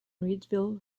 reidsville